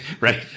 right